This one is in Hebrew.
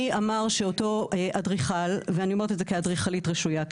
מי אמר שאותו אדריכל ואני אומרת את זה כאדרכלית רשויה,